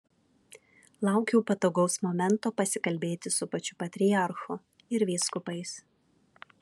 laukiau patogaus momento pasikalbėti su pačiu patriarchu ir vyskupais